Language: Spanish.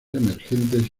emergentes